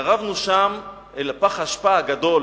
התקרבנו שם אל הפח הגדול,